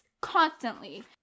constantly